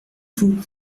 fou